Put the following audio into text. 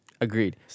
Agreed